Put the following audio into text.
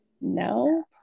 No